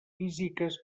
físiques